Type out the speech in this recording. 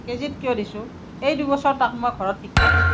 কে জিত কিয় দিছোঁ এই দুবছৰ তাক মই ঘৰত শিক্ষা দিছোঁ